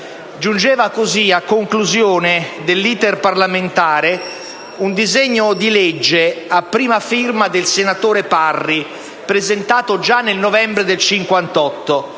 Giungeva così a conclusione dell'*iter* parlamentare un disegno di legge a prima firma del senatore Parri, presentato già nel novembre 1958.